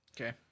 Okay